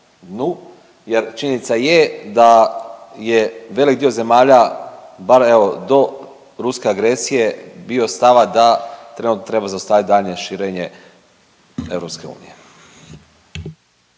jer činjenica je da je velik dio zemalja, bar evo do ruske agresije bio stava da trenutno treba zaustavit daljnje širenje EU?